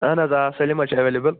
اہن حظ آ سٲلِم حظ چھُ ایٚولیبل